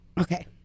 Okay